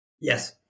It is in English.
Yes